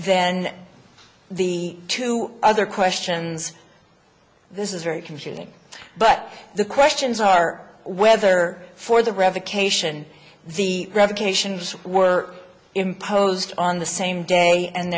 then the two other questions this is very confusing but the questions are whether for the revocation the revocations were imposed on the same day and